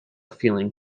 feeling